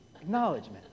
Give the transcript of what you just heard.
Acknowledgement